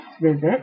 visit